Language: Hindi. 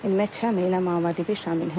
इनमें छह महिला माओवादी भी शामिल हैं